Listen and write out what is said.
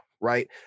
right